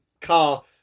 car